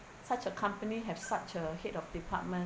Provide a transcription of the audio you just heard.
such a company have such a head of department